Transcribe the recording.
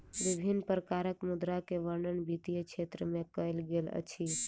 विभिन्न प्रकारक मुद्रा के वर्णन वित्तीय क्षेत्र में कयल गेल अछि